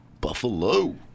Buffalo